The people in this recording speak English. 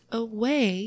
away